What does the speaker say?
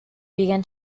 began